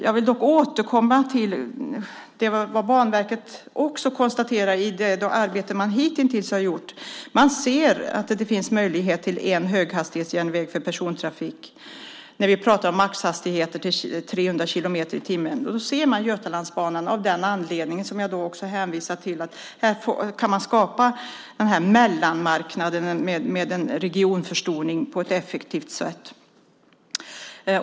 Jag vill dock återkomma till vad Banverket också konstaterar i det arbete som hitintills gjorts. Man ser att det inte finns möjligheter till en höghastighetsjärnväg för persontrafik när vi pratar om hastigheter på maximalt 300 kilometer i timmen. Av den anledningen, som jag också hänvisar till, ser man Götalandsbanan som en möjlighet när det gäller att skapa en mellanmarknad med en regionförstoring på ett effektivt sätt.